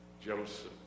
Joseph